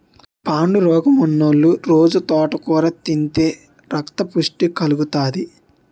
పాండురోగమున్నోలు రొజూ తోటకూర తింతే రక్తపుష్టి కలుగుతాది